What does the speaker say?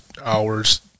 hours